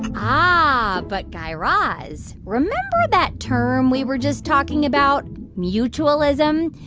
um ah, but, guy raz, remember that term we were just talking about mutualism?